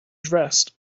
dressed